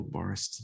Boris